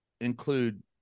include